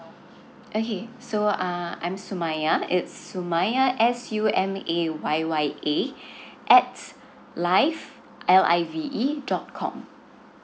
okay so uh I'm sumayya it's sumayya S U M A Y Y A at live L I V E dot com